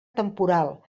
temporal